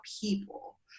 people